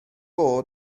bod